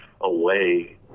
away